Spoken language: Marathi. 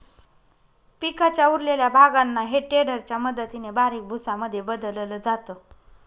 पिकाच्या उरलेल्या भागांना हे टेडर च्या मदतीने बारीक भुसा मध्ये बदलल जात